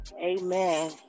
Amen